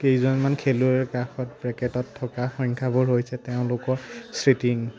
কেইজনমান খেলুৱৈৰ কাষৰ ব্ৰেকেটত থকা সংখ্যাবোৰ হৈছে তেওঁলোকৰ ছীটিং